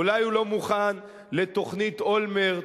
אולי הוא לא מוכן לתוכנית אולמרט,